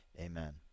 Amen